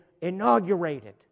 inaugurated